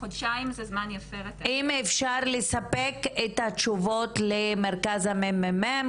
היא שאלה אם אפשר לספק את התשובות למרכז הממ"מ,